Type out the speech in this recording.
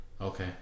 Okay